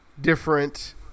different